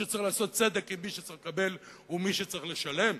שצריך לעשות צדק עם מי שצריך לקבל ומי שצריך לשלם.